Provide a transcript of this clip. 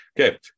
Okay